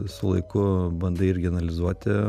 su laiku bandai irgi analizuoti